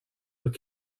were